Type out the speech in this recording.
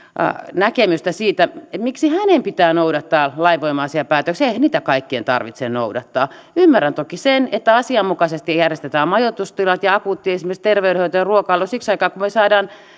näkemystä miksi hänen pitää noudattaa lainvoimaisia päätöksiä eihän niitä kaikkien tarvitse noudattaa ymmärrän toki sen että asianmukaisesti järjestetään majoitustilat ja esimerkiksi akuutti terveydenhoito ja ruokailu siksi aikaa kun saadaan